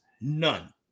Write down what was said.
None